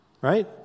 Right